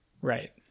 right